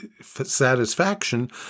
satisfaction